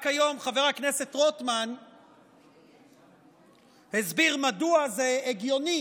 רק היום חבר הכנסת רוטמן הסביר מדוע זה הגיוני